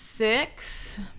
Six